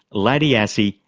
laddie assey,